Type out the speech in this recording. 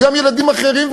וגם ילדים אחרים.